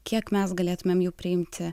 kiek mes galėtumėm jų priimti